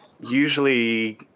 usually